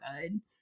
good